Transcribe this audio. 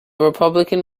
republican